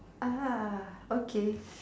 ah okay